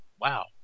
wow